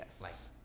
Yes